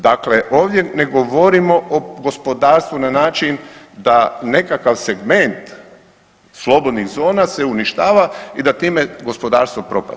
Dakle ovdje ne govorimo o gospodarstvu na način da nekakav segment slobodnih zona se uništava i da time gospodarstvo propada.